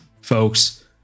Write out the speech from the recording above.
folks